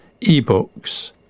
ebooks